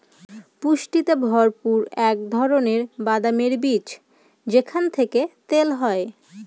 পুষ্টিতে ভরপুর এক ধরনের বাদামের বীজ যেখান থেকে তেল হয়